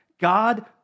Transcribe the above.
God